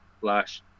flash